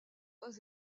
pas